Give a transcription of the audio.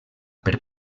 per